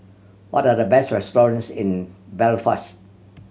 what are the best restaurants in Belfast